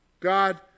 God